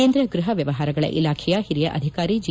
ಕೇಂದ ಗ್ವಹ ವ್ಯವಹಾರಗಳ ಇಲಾಖೆಯ ಹಿರಿಯ ಅಧಿಕಾರಿ ಜಿ